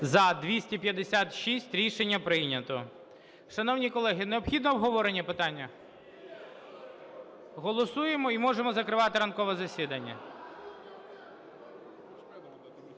За-256 Рішення прийнято. Шановні колеги, необхідно обговорення питання? Голосуємо і можемо закривати ранкове засідання.